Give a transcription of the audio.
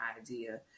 idea